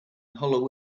hollow